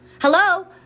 Hello